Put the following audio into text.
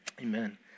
Amen